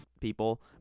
people